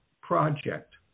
project